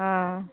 हँ